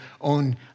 own